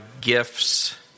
gifts